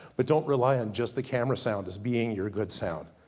but don't rely on just the camera sound, as being your good sound.